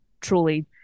truly